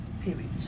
Period